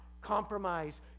compromise